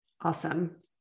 Awesome